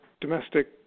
domestic